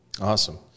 Awesome